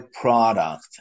product